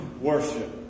worship